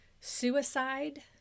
suicide